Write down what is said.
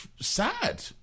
sad